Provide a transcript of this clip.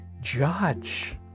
judge